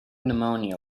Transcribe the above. pneumonia